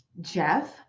Jeff